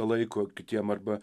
laiko kitiem arba